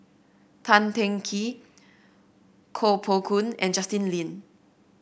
Tan Teng Kee Koh Poh Koon and Justin Lean